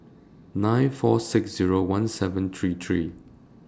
nine four six Zero one seven three three